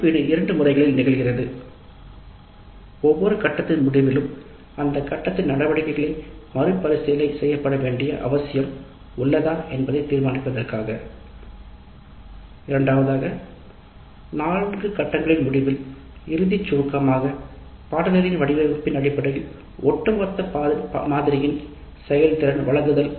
மதிப்பீடு இரண்டு முறைகளில் நிகழ்கிறது ஒவ்வொரு கட்டத்தின் முடிவிலும் அந்த கட்டத்தின் நடவடிக்கைகள் மறுபரிசீலனை செய்யப்பட வேண்டிய அவசியம் உள்ளதா என்பதை தீர்மானிக்க வேண்டும் இறுதி கட்டமாக 4 கட்டங்களின் முடிவில் பாடத்திட்டத்தின் அடிப்படையில் ஒட்டுமொத்த மாதிரியின் செயல்திறனை தீர்மானிக்க வேண்டும்